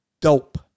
dope